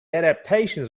adaptations